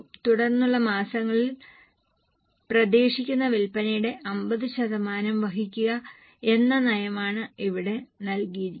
തുടർന്നുള്ള മാസങ്ങളിൽ പ്രതീക്ഷിക്കുന്ന വിൽപനയുടെ 50 ശതമാനം വഹിക്കുക എന്ന നയമാണ് ഇവിടെ നൽകിയിരിക്കുന്നത്